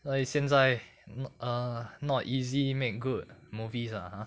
所以现在 uh not easy make good movies lah ah